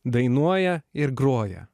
dainuoja ir groja